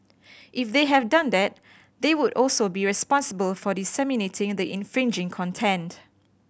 if they have done that they would also be responsible for disseminating the infringing content